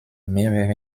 mehrere